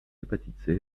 l’hépatite